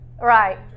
Right